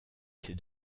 ces